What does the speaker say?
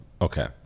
Okay